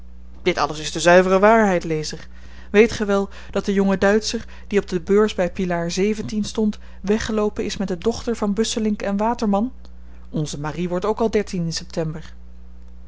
dit alles is de zuivere waarheid lezer weet ge wel dat de jonge duitscher die op de beurs by pilaar stond weggeloopen is met de dochter van busselinck waterman onze marie wordt ook al dertien in september